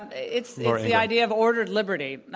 it's the idea of ordered liberty.